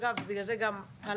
אגב בגלל זה גם הלכתי.